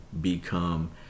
become